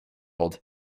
old